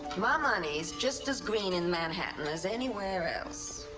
my money's just as green in manhattan as anywhere else.